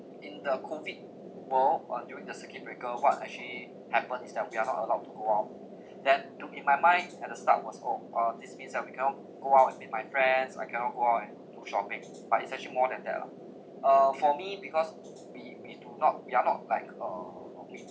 in the COVID world or during the circuit breaker what actually happen is that we are not allowed to go out then to in my mind at the start was oh uh this means that we cannot go out and meet my friends I cannot go out and do shopping but is actually more than that lah uh for me because we we do not we are not like uh normally